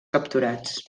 capturats